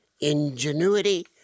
ingenuity